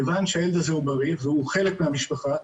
כיוון שהילד הזה בריא והוא חלק מהמשפחה,